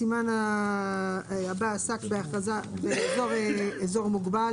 סימן שני עסק באזור מוגבל,